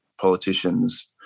politicians